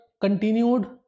continued